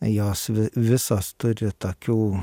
jos vi visos turiu tokių